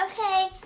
Okay